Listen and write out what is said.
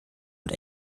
und